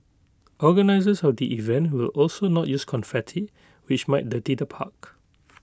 organisers of the event will also not use confetti which might the deter park